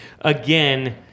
again